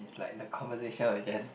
it's like the conversation will just